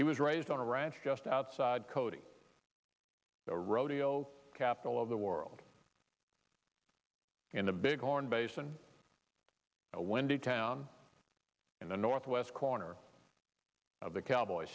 he was raised on a ranch just outside cody the rodeo capital of the world in the big horn basin a windy town in the northwest corner of the cowboy